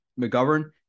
McGovern